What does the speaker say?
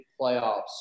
playoffs